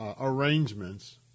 arrangements